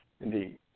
Indeed